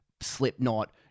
Slipknot